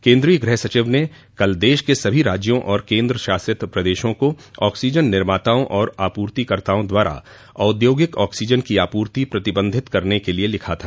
केंद्रीय गृह सचिव ने कल देश के सभी राज्यों और केंद्र शासित प्रदेशों को ऑक्सीजन निर्माताओं और आपूर्तिकर्ताओं द्वारा औद्योगिक ऑक्सीजन की आपूर्ति प्रतिबंधित करने के लिए लिखा था